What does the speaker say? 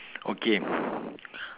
okay